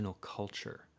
culture